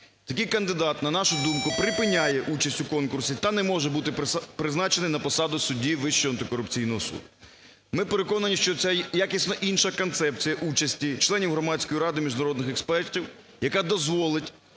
Такий кандидат, на нашу думку, припиняє участь у конкурсі та не може бути призначений на посаду судді Вищого антикорупційного суду. Ми переконані, що це якісно інша концепція участі членів Громадської ради міжнародних експертів, яка дозволить